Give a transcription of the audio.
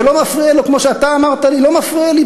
ולא מפריע לו,